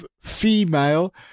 female